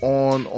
on